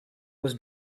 was